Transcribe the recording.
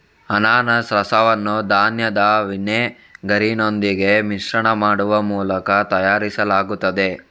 ಅನಾನಸ್ ರಸವನ್ನು ಧಾನ್ಯದ ವಿನೆಗರಿನೊಂದಿಗೆ ಮಿಶ್ರಣ ಮಾಡುವ ಮೂಲಕ ತಯಾರಿಸಲಾಗುತ್ತದೆ